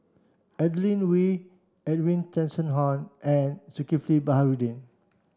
Adeline Ooi Edwin Tessensohn and Zulkifli Baharudin